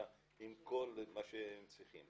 7 ימים בשבוע עם כל מה שהם צריכים?